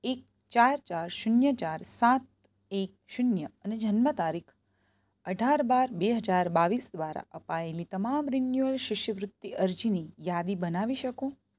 એક ચાર ચાર શૂન્ય ચાર સાત એક શૂન્ય અને જન્મતારીખ અઢાર બાર બે હજાર બાવીસ દ્વારા અપાયેલી તમામ રિન્યુઅલ શિષ્યવૃત્તિ અરજીની યાદી બનાવી શકો